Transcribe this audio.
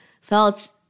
felt